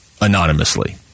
anonymously